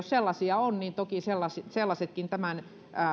sellaisia on niin toki sellaisetkin tämän